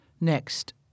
Next